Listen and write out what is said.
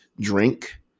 drink